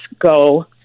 go